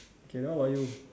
okay how about you